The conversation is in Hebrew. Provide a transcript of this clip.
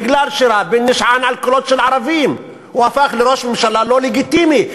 בגלל שרבין נשען על קולות של ערבים הוא הפך לראש ממשלה לא לגיטימי.